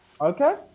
Okay